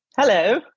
Hello